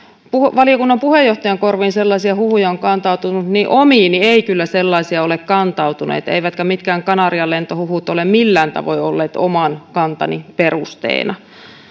valiokunnan puheenjohtajan korviin sellaisia huhuja on kantautunut että omiini ei kyllä sellaisia ole kantautunut eivätkä mitkään kanarian lentohuhut ole millään tavoin olleet oman kantani perusteena